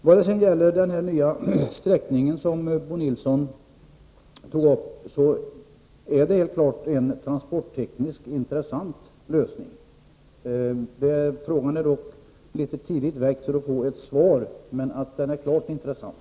När det sedan gäller den nya sträckning som Bo Nilsson tog upp vill jag säga att den innebär en transporttekniskt intressant lösning. Frågan är dock litet tidigt väckt, om Bo Nilsson vill ha ett svar, men den lösningen är klart intressant.